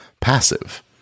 passive